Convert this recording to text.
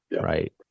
Right